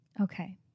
okay